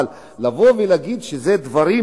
אבל לבוא ולהגיד שאלה דברים